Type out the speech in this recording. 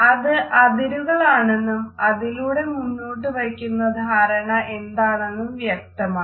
അത് അതിരുകളാണെന്നും അതിലൂടെ മുന്നോട്ടു വയ്ക്കുന്ന ധാരണ എന്തെന്നും വ്യക്തമാണ്